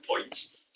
points